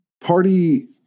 party